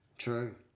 True